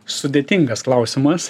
sudėtingas klausimas